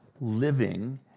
living